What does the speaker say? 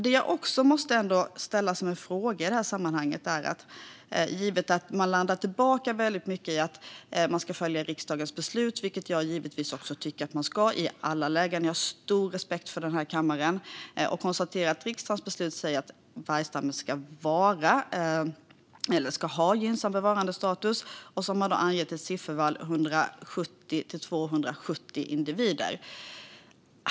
Det är en fråga som jag måste ställa i det här sammanhanget, givet att man landar tillbaka väldigt mycket i att vi ska följa riksdagens beslut vilket jag givetvis också tycker att vi ska i alla lägen. Jag har stor respekt för den här kammaren och konstaterar att riksdagens beslut säger att vargstammen ska ha gynnsam bevarandestatus och anger sifferintervallet 170-270 individer.